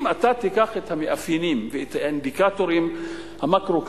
אם אתה תיקח את המאפיינים ואת האינדיקטורים המקרו-כלכליים,